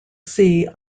sea